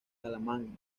carlomagno